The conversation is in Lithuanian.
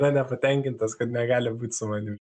na nepatenkintas kad negali būt su manim